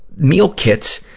meal kits,